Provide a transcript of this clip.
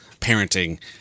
parenting